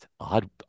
odd